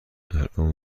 الآن